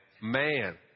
Man